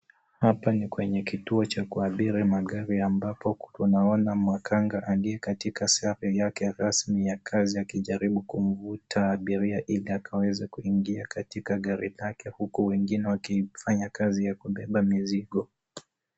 Hapa ni kwenye kituo cha kuabiri magari ambapo tunaona makanga aliye katika sare yake ya rasmi ya kazi akijaribu kuvuta abiria ili akaweze kuingia katika gari lake, huku wengine wakifanya kazi ya kubeba mizigo.